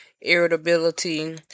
Irritability